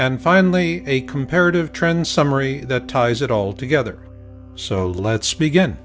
and finally a comparative trend summary that ties it all together so let's begin